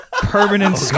permanent